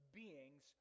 beings